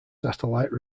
satellite